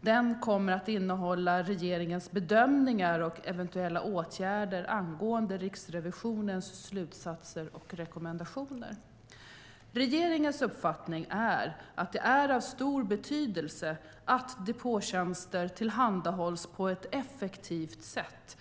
Den kommer att innehålla regeringens bedömningar och eventuella åtgärder angående Riksrevisionens slutsatser och rekommendationer. Regeringens uppfattning är att det är av stor betydelse att depåtjänster tillhandahålls på ett effektivt sätt.